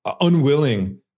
unwilling